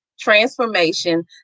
transformation